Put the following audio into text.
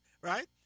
right